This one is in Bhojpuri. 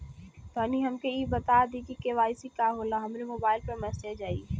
तनि हमके इ बता दीं की के.वाइ.सी का होला हमरे मोबाइल पर मैसेज आई?